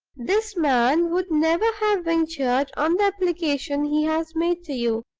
this man would never have ventured on the application he has made to you,